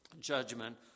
judgment